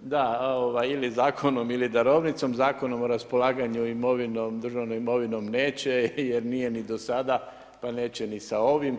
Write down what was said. Da, ili zakonom ili darovnicom, Zakonom o raspolaganju imovinom, državnom imovinom neće jer nije ni do sada pa neće ni sa ovim.